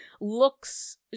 looks